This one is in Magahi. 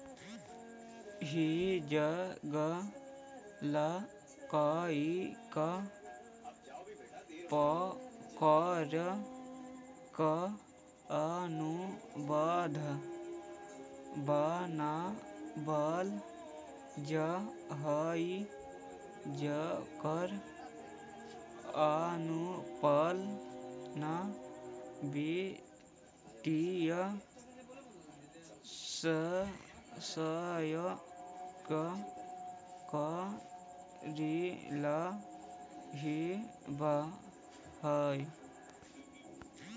हेजिंग ला कईक प्रकार के अनुबंध बनवल जा हई जेकर अनुपालन वित्तीय संस्था के कऽरेला होवऽ हई